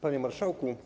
Panie Marszałku!